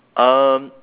um